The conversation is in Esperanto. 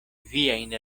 viajn